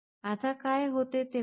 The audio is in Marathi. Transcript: आता काय होते ते पहा